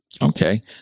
Okay